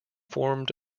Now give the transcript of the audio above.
formed